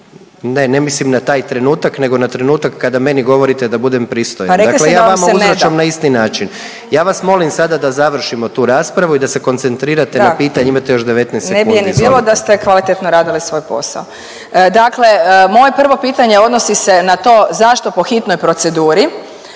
Ne, ne mislim na taj trenutak, nego na trenutak kada meni govorite da budem pristojan…/…. Pa rekli ste da vam se ne da. …/Upadica predsjednik: …dakle ja vama uzvraćam na isti način. Ja vas molim sada da završimo tu raspravu i da se koncentrirate na pitanje, imate još 19 sekundi/…. Da, ne bi je ni bilo da ste kvalitetno radili svoj posao. Dakle, moje prvo pitanje odnosi se na to zašto po hitnoj proceduri,